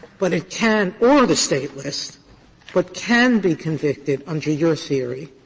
but it can or the state list but can be convicted, under your theory,